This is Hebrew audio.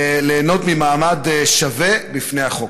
ליהנות ממעמד שווה בפני החוק.